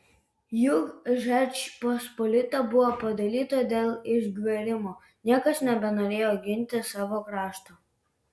juk žečpospolita buvo padalyta dėl išgverimo niekas nebenorėjo ginti savo krašto